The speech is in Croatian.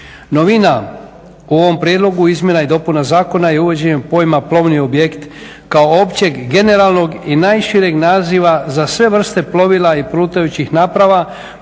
Novina u ovom prijedlogu izmjena i dopuna zakona je uvođenje pojma plovni objekt kao općeg generalnog i najšireg naziva za sve vrste plovila i plutajućih naprava